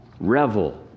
revel